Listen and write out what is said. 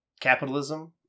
Capitalism